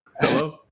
Hello